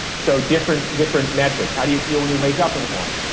so different different metrics how do you feel when you wake up in the morning?